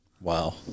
Wow